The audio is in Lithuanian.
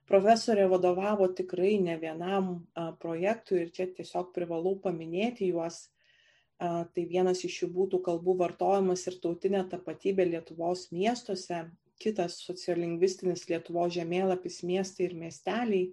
profesorė vadovavo tikrai ne vienam projektui ir čia tiesiog privalu paminėti juos tai vienas iš jų būtų kalbų vartojimas ir tautinė tapatybė lietuvos miestuose kitas sociolingvistinis lietuvos žemėlapis miestai ir miesteliai